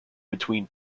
between